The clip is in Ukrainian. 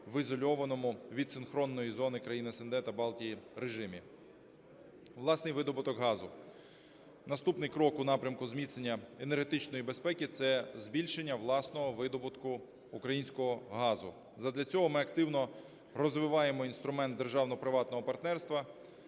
в ізольованому від синхронної зони країн СНД та Балтії режимі. Власний видобуток газу. Наступний крок у напрямку зміцнення енергетичної безпеки – це збільшення власного видобутку українського газу. Задля цього ми активно розвиваємо інструмент державного приватного партнерства.